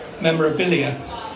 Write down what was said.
memorabilia